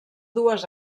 dues